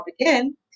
again